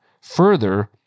Further